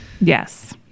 Yes